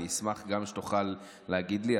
אשמח גם אם תוכל להגיד לי.